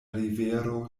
rivero